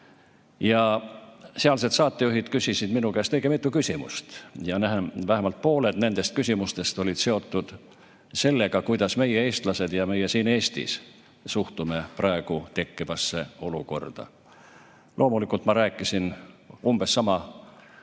Sealsed saatejuhid küsisid minu käest õige mitu küsimust ja vähemalt pooled nendest olid seotud sellega, kuidas meie, eestlased, ja meie siin Eestis suhtume praegu tekkivasse olukorda. Loomulikult ma rääkisin umbes sama juttu,